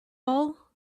all